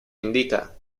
indica